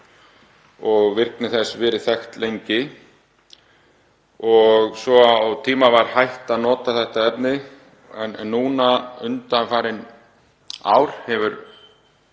og virkni þess verið þekkt lengi. Um tíma var hætt að nota þetta efni en undanfarin ár hefur